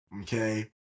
okay